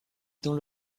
dans